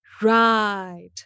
Right